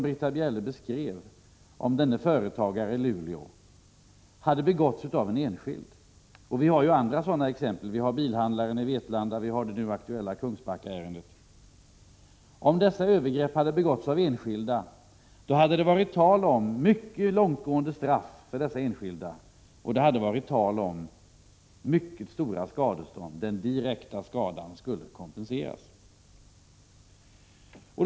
Britta Bjelle beskrev exemplet med företagaren i Luleå, och det finns ju också andra sådana exempel, såsom bilhandlaren i Vetlanda och det nu aktuella Kungsbackaärendet. Om dessa övergrepp hade begåtts av enskilda, hade det varit tal om mycket långtgående straff för dessa enskilda och om mycket stora skadestånd som kompensation för den direkta skadan.